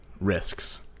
risks